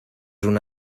una